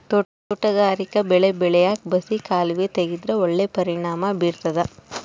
ತೋಟಗಾರಿಕಾ ಬೆಳೆ ಬೆಳ್ಯಾಕ್ ಬಸಿ ಕಾಲುವೆ ತೆಗೆದ್ರ ಒಳ್ಳೆ ಪರಿಣಾಮ ಬೀರ್ತಾದ